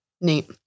Neat